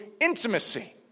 intimacy